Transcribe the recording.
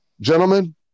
Gentlemen